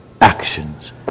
actions